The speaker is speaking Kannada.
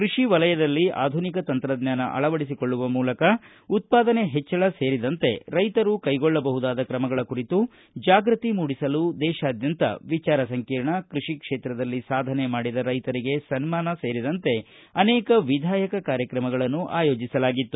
ಕೃಷಿ ವಲಯದಲ್ಲಿ ಆಧುನಿಕ ತಂತ್ರಜ್ಞಾನ ಅಳವಡಿಸಿಕೊಳ್ಳುವ ಮೂಲಕ ಉತ್ಪಾದನೆ ಹೆಚ್ಚಳ ಸೇರಿದಂತೆ ರೈತರು ಕೈಗೊಳ್ಳಬಹುದಾದ ಕ್ರಮಗಳ ಕುರಿತು ಜಾಗೃತಿ ಮೂಡಸಲು ದೇಶಾದ್ಯಂತ ವಿಚಾರ ಸಂಕಿರಣ ಕೃಷಿ ಕ್ಷೇತ್ರದಲ್ಲಿ ಸಾಧನೆ ಮಾಡಿದ ರೈತರಿಗೆ ಸನ್ಮಾನ ಸೇರಿದಂತೆ ಅನೇಕ ವಿಧಾಯಕ ಕಾರ್ಯಕ್ರಮಗಳನ್ನು ಆಯೋಜಿಸಲಾಗಿತ್ತು